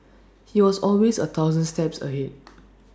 he was always A thousand steps ahead